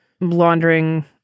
laundering